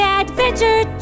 adventure